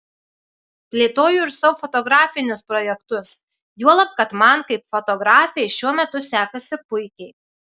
plėtoju ir savo fotografinius projektus juolab kad man kaip fotografei šiuo metu sekasi puikiai